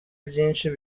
byinshi